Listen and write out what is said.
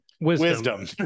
wisdom